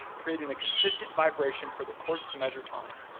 creating a consistent vibration for the quartz to measure time.